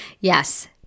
Yes